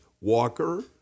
Walker